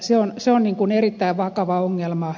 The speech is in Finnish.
se on erittäin vakava ongelma